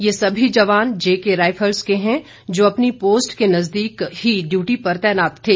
ये सभी जवान जेके राईफल्स के हैं जो अपनी पोस्ट के नज़दीक के ही डयूटी पर तैनात थे